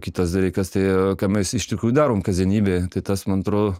kitas dalykas tai ką mes iš tikrųjų darom kasdienybė tai tas man atrodo